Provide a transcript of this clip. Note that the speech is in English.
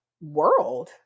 world